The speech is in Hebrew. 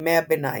מימי הביניים.